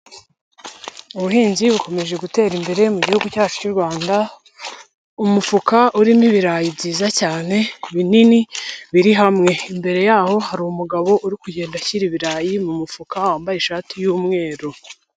Ubuhinzi bukomeje gutera imbere mu Gihugu cyacu cy'u Rwanda, umufuka urimo ibirayi byiza cyane binini biri hamwe, imbere y'aho hari umugabo uri kugenda ashyira ibirayi mu mufuka wambaye ishati y'umweru.